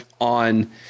on